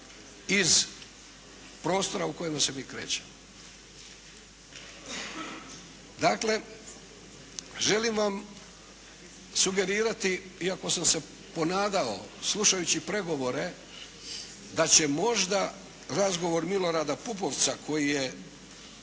iz prostora u kojemu se mi krećemo. Dakle, želim vam sugerirati, iako sam se ponadao slušajući pregovore da će možda razgovor Milorada Pupovca koji je